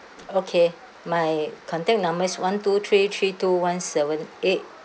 okay my contact number is one two three three two one seven eight